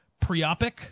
preopic